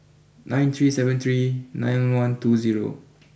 nine three seven three nine one two zero